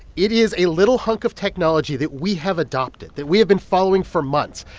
it is a little hunk of technology that we have adopted, that we have been following for months.